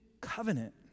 covenant